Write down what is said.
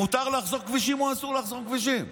מותר לחסום כבישים או אסור לחסום כבישים?